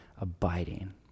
abiding